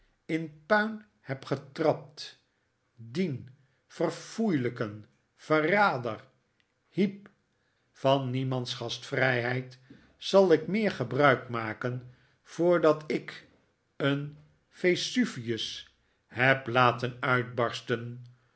in puin heb getrapt dien verfoeilijken verrader heep van niemands gastvrijheid zal ik meer gebruik maken voordat ik een vesuvius heb laten uitbarsten